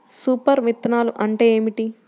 Super విత్తనాలు అంటే ఏమిటి?